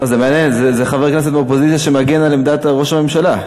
זה חבר כנסת מהאופוזיציה שמגן על עמדת ראש הממשלה.